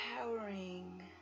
empowering